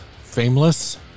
Fameless